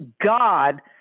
God